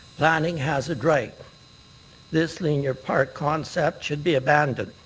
planning has it right this linear park concept should be abandoned.